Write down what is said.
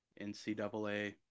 NCAA